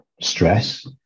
stress